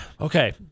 Okay